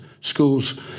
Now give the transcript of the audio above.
schools